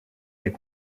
est